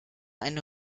eine